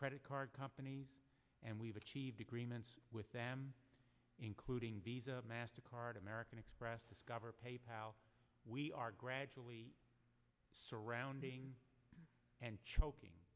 credit card company and we've achieved agreements with them including visa master card american express discover paper how we are gradually surrounding and choking